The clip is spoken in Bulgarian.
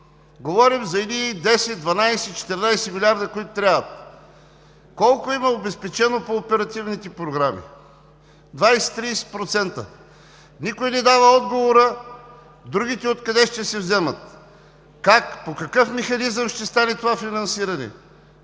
Говорим за едни 10, 12, 14 милиарда, които трябват. Колко обезпеченост има по оперативните програми? Двайсет, трийсет процента. Никой не дава отговор другите откъде ще се вземат, как, по какъв механизъм ще стане това финансиране?